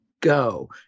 go